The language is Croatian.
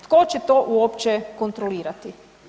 Tko će to uopće kontrolirati?